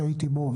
שהייתי בו,